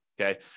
Okay